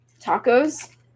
tacos